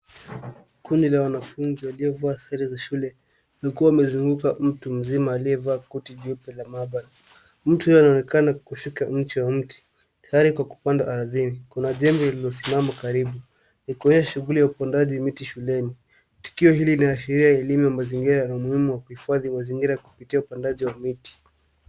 Kundi la wanafunzi waliovaa sare za shule wakiwa wamezunguka mtu mzima aliyevaa koti juu ya maabara. Mtu huyo anaonekana kushika mche wa mti, tayari kwa kupanda ardhini. Kuna jembe lililosimama karibu ikionyesha shughuli ya upandaji shuleni. Tukio hili lina ashiria elimu ya mazingira na umuhimu wa kuhifadhi mazingira kupitia upandaji wa miti.